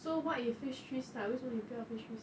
so what if phase three start 为什么你不要 phase three start